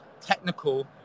technical